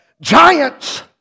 Giants